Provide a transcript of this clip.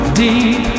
deep